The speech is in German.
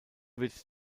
wird